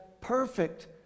perfect